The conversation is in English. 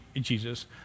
Jesus